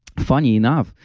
funny enough,